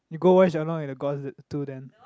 you go watch Along and the Gods two then